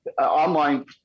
Online